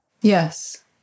Yes